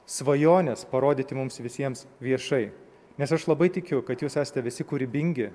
svajones parodyti mums visiems viešai nes aš labai tikiu kad jūs esate visi kūrybingi